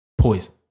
Poison